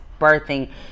birthing